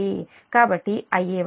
కాబట్టి Ia1 Ia2 Ia0 0